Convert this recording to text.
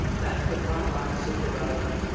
that's the front line supervisor